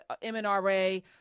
MNRA